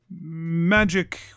magic